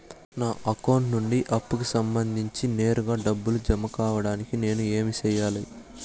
నా అకౌంట్ నుండి అప్పుకి సంబంధించి నేరుగా డబ్బులు జామ కావడానికి నేను ఏమి సెయ్యాలి?